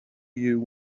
you